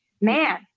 man